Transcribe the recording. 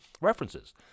references